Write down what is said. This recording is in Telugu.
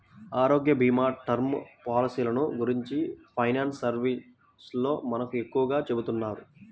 ఆరోగ్యభీమా, టర్మ్ పాలసీలను గురించి ఫైనాన్స్ సర్వీసోల్లు మనకు ఎక్కువగా చెబుతున్నారు